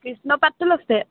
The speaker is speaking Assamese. কৃষ্ণ পাৰ্টটো লৈছে